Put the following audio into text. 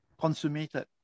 consummated